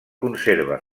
conserva